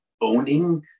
Owning